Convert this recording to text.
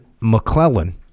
McClellan